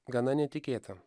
gana netikėta